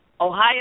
Ohio